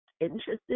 interested